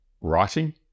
writing